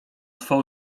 swą